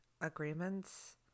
agreements